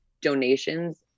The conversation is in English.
donations